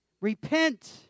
repent